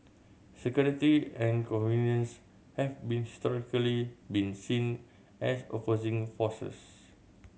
security and convenience have been historically been seen as opposing forces